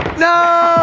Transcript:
no!